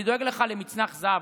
אני דואג לך למצנח זהב.